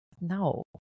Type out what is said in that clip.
no